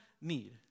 need